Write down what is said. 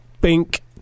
Bink